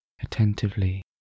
attentively